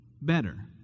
better